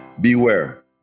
beware